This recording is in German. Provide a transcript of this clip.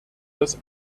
das